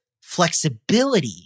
flexibility